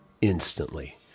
instantly